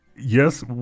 Yes